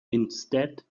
instead